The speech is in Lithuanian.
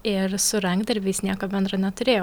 ir su rankdarbiais nieko bendro neturėjau